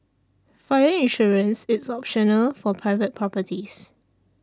fire insurance is optional for private properties